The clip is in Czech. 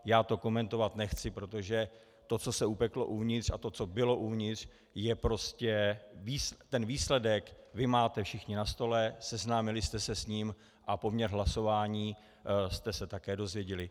Já to komentovat nechci, protože to, co se upeklo uvnitř, a to, co bylo uvnitř, ten výsledek vy máte všichni na stole, seznámili jste se s ním a poměr hlasování jste se také dozvěděli.